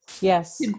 yes